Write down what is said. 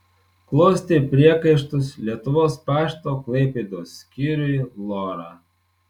klostė priekaištus lietuvos pašto klaipėdos skyriui lora